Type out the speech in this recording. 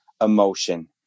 emotion